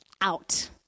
out